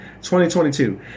2022